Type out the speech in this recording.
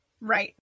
right